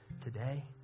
today